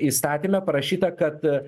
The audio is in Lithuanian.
įstatyme parašyta kad